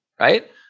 right